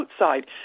outside